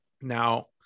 Now